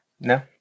No